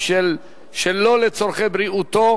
זה יועבר לוועדת הכנסת להכרעה.